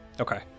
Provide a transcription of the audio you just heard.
Okay